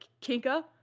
Kinka